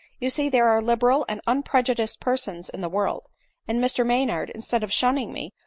you see there are liberal and unprejudiced persons in the world and mr maynard, instead of shunning me,